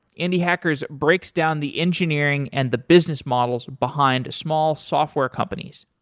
indie hackers breaks down the engineering and the business models behind small software companies.